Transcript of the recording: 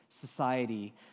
society